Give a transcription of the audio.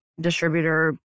distributor